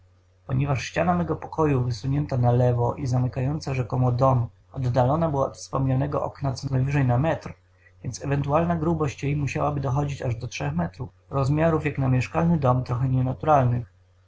ponieważ ściana mego pokoju wysunięta na lewo i zamykająca rzekomo dom oddaloną była od wspomnianego okna co najwyżej na metr więc ewentualna grubość jej musiałaby dochodzić aż do trzech metrów rozmiarów jak na zwykły mieszkalny dom trochę nienaturalnych